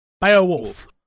Beowulf